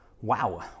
wow